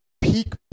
peak